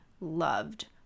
loved